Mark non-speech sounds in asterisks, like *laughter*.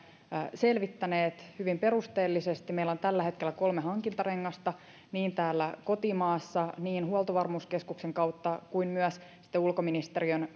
selvittäneet hyvin perusteellisesti meillä on tällä hetkellä kolme hankintarengasta niin täällä kotimaassa niin huoltovarmuuskeskuksen kautta kuin myös sitten ulkoministeriön *unintelligible*